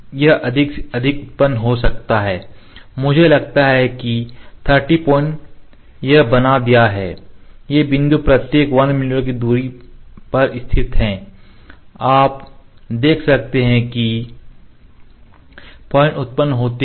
यह अधिक से अधिक उत्पन्न हो सकता है मुझे लगता है कि 30 पॉइंट यह बना दिया है ये बिंदु प्रत्येक 1 मिमी की दूरी पर स्थित हैं आप देख सकते हैं कि पॉइंट उत्पन्न होते हैं